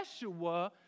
Yeshua